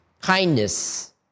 kindness